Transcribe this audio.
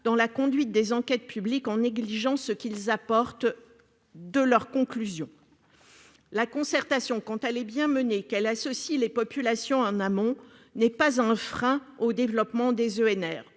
dans la conduite des enquêtes publiques et négliger l'apport que constituent leurs conclusions. La concertation, quand elle bien menée et qu'elle associe les populations en amont, n'est pas un frein au développement des EnR.